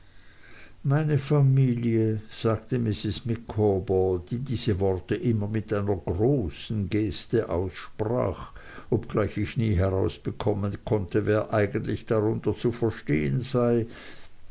meine familie sagte mrs micawber die diese worte immer mit einer großen geste aussprach obgleich ich nie herausbekommen konnte wer eigentlich darunter zu verstehen sei